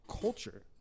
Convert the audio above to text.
culture